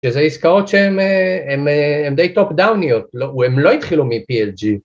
שזה עסקאות שהן די טופ דאוניות והן לא התחילו מplg